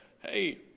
Hey